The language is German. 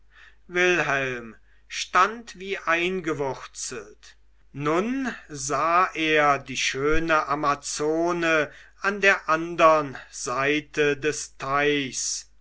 wilhelm stand wie eingewurzelt nun sah er die schöne amazone an der andern seite des teichs